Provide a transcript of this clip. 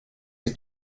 sie